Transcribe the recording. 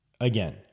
Again